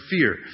fear